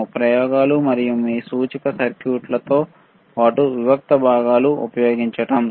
పరికరాలు మరియు మీ సూచిక సర్క్యూట్లతో పాటు వివిక్త భాగాలను ఉపయోగించడం తెలుసుకుందాం